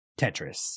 Tetris